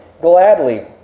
gladly